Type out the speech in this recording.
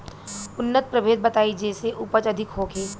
उन्नत प्रभेद बताई जेसे उपज अधिक होखे?